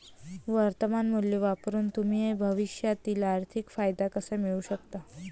वर्तमान मूल्य वापरून तुम्ही भविष्यातील आर्थिक फायदा कसा मिळवू शकता?